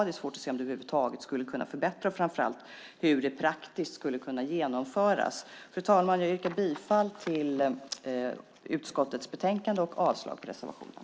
Det är svårt att se om det över huvud taget skulle kunna förbättra och, framför allt, hur det praktiskt skulle kunna genomföras. Fru talman! Jag yrkar bifall till utskottets förslag och avslag på reservationen.